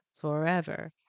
forever